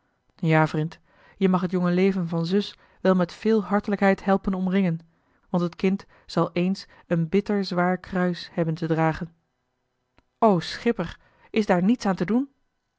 ja vrind je mag het jonge leven van zus wel met veel hartelijkheid helpen omringen want het kind zal eens een bitter zwaar kruis hebben te dragen o schipper is daar niets aan te doen